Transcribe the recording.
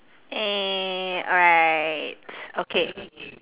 eh alright okay